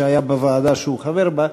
שהיה בוועדה שהוא חבר בה,